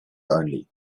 only